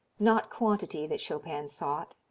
not quantity that chopin sought.